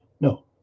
No